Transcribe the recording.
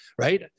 right